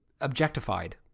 objectified